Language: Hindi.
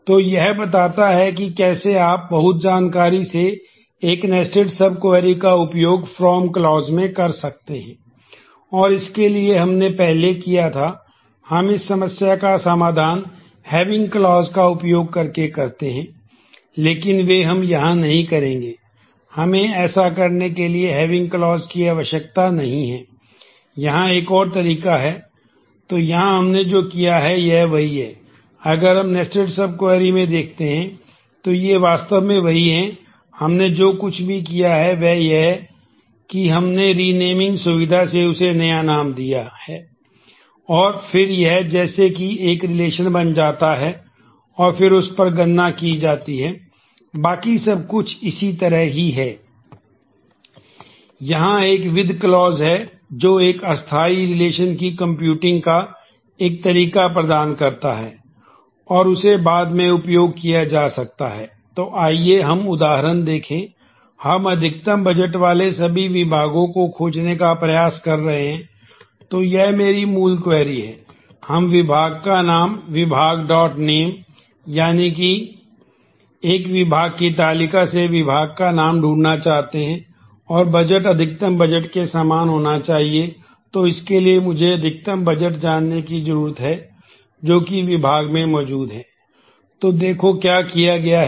तो यह बताता है कि कैसे आप बहुत आसानी से एक नेस्टेड सब क्वेरी बन जाता है और फिर उस पर गणना की जाती है बाकी सब कुछ इसी तरह ही है